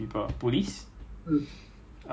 then err Tengah air base people